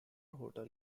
hotel